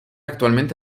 actualmente